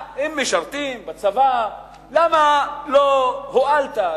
למה לא הואלת?